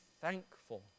thankful